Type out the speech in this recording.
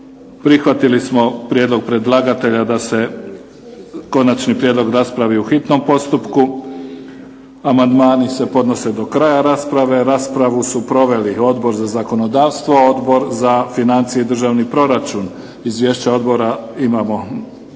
Prihvatili smo prijedlog predlagatelja da se konačni prijedlog raspravi u hitnom postupku. Amandmani se podnose do kraja rasprave. Raspravu su proveli Odbor za zakonodavstvo, Odbor za financije i državni proračun. Izvješće odbora imamo,